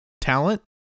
talent